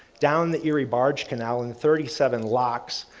down the erie barge canal in the thirty seven locks,